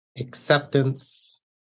acceptance